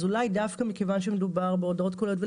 אז אולי דווקא מכיוון שמדובר בהודעות קוליות,